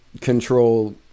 control